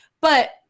But-